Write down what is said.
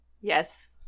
Yes